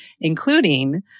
including